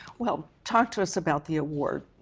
well, talk to us about the award.